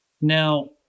Now